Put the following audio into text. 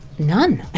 none,